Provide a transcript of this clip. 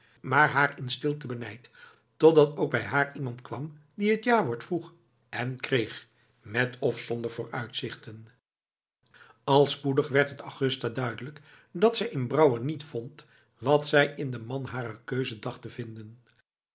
maar haar in stilte benijd totdat ook bij haar iemand kwam die t jawoord vroeg en kreeg met of zonder vooruitzichten al spoedig werd het augusta duidelijk dat zij in brouwer niet vond wat zij in den man harer keuze dacht te vinden